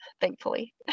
thankfully